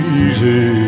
easy